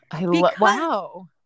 wow